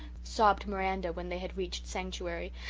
sobbed miranda, when they had reached sanctuary.